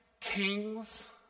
Kings